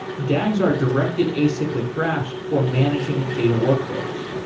dags are directed acyclic graphs for managing data workflows.